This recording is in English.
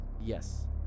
Yes